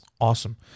Awesome